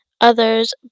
others